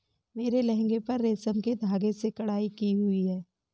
मेरे लहंगे पर रेशम के धागे से कढ़ाई की हुई है